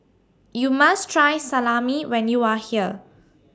YOU must Try Salami when YOU Are here